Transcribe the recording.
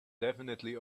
definitely